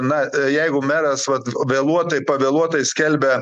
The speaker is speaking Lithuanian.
na jeigu meras vat vėluotai pavėluotai skelbia